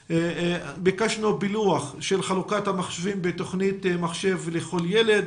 ביקשנו פילוח של חלוקת המחשבים בתוכנית מחשב לכל ילד